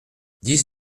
dix